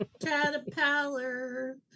caterpillar